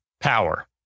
power